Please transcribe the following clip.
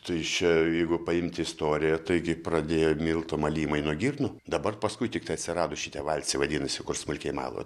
tai čia jeigu paimti istoriją taigi pradėjo miltų malimai nuo girnų dabar paskui tiktai atsirado šitie valce vadinasi kur smulkiai mala